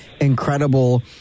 incredible